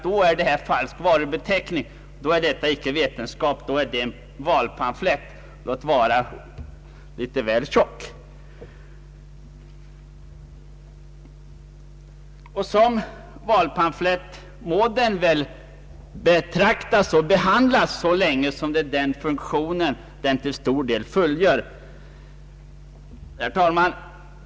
Då är skriften inte vetenskap utan en valpamflett, låt vara litet väl tjock. Och som valpamflett må den väl betraktas och behandlas, så länge den fullgör en sådan funktion. Herr talman!